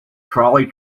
trolley